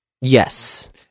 Yes